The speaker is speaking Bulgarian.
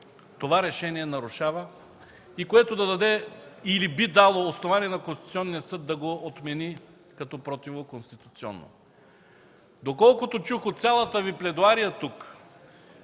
това решение нарушава и който би дал или дава основание на Конституционния съд да го отмени като противоконституционно? Доколкото чух от цялата пледоария тук,